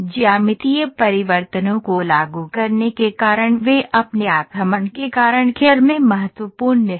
ज्यामितीय परिवर्तनों को लागू करने के कारण वे अपने आक्रमण के कारण कैड़ में महत्वपूर्ण हैं